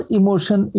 emotion